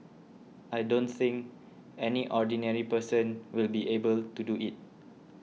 I don't think any ordinary person will be able to do it